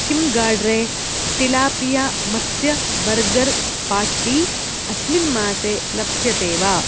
किं गाड्रे टिलापिया मत्स्य बर्गर् पाट्टी अस्मिन् मासे लप्स्यते वा